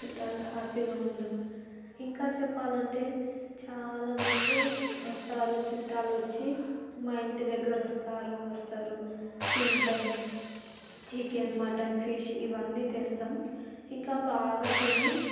చుట్టాలతో హ్యాపీగా ఉంటాం ఇంకా చెప్పాలంటే చాలా మంది వస్తారు చుట్టాలు వచ్చి మా ఇంటి దగ్గర వస్తారు వస్తారు తింటాం చికెన్ మటన్ ఫిష్ ఇవన్నీ తెస్తాం ఇంకా బాగా తిని